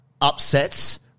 upsets